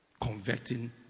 Converting